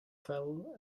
fell